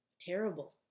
terrible